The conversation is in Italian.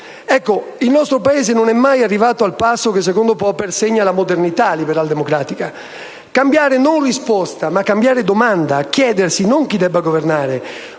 Ecco, il nostro Paese non è mai arrivato al passo che secondo Popper segna la modernità liberaldemocratica, ossia cambiare non risposta, ma domanda e chiedersi non chi debba governare,